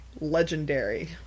legendary